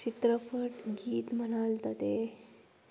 चित्रपट गीत म्हणाल तर ते